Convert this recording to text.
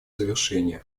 завершения